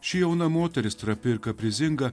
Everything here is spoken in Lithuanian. ši jauna moteris trapi ir kaprizinga